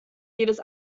jedes